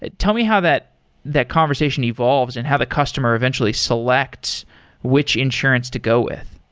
ah tell me how that that conversation evolves and how the customer eventually selects which insurance to go with.